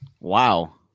wow